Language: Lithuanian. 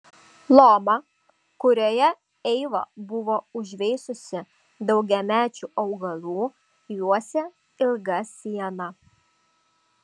lomą kurioje eiva buvo užveisusi daugiamečių augalų juosė ilga siena